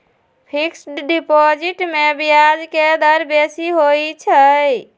fixed deposit में ब्याज के दर बेशी होइ छइ